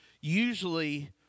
usually